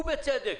ובצדק,